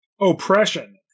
oppression